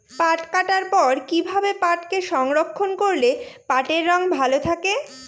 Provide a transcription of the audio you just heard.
পাট কাটার পর কি ভাবে পাটকে সংরক্ষন করলে পাটের রং ভালো থাকে?